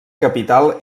capital